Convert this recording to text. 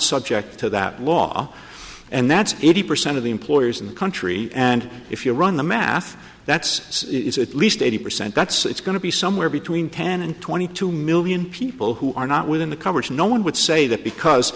subject to that law and that's eighty percent of the employers in the country and if you run the math that's it's at least eighty percent that's it's going to be somewhere between ten and twenty two million people who are not within the coverage no one would say that because